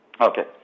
Okay